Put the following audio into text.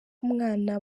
umwana